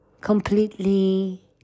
completely